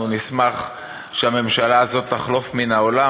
אנחנו נשמח שהממשלה הזאת תחלוף מן העולם,